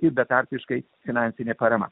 betarpiškai finansinė parama